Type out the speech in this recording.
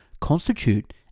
constitute